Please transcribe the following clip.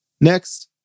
Next